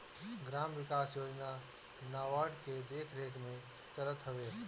gram विकास योजना नाबार्ड के देखरेख में चलत हवे